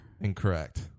Incorrect